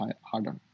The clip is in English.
harder